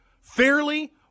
fairly